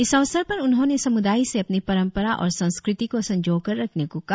इस अवसर पर उन्होंने समुदाय से अपनी परंपरा और संस्कृति को संजोकर रखने को कहा